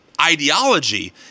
ideology